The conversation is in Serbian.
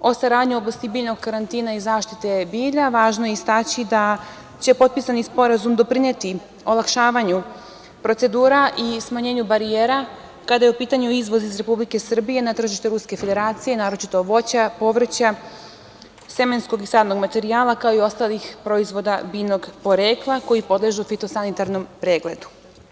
o saradnji u oblasti biljnog karantina i zaštite bilja, važno je istaći da će potpisani sporazum doprineti olakšavanju procedura i smanjenju barijera kada je u pitanju izvoz iz Republike Srbije na tržište Ruske Federacije, naročito voća, povrća, semenskog i sadnog materijala, kao i ostalih proizvoda biljnog porekla koji podležu fitosanitarnom pregledu.